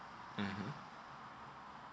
mmhmm